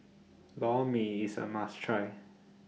Lor Mee IS A must Try